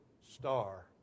star